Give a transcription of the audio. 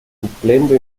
supplendo